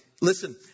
Listen